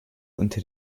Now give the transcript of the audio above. unter